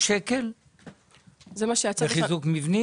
מיליון שקל לחיזוק מבנים?